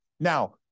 Now